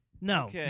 No